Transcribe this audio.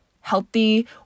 healthy